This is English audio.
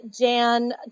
Jan